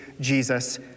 Jesus